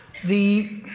the.